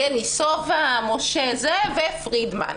ופרידמן.